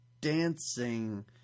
dancing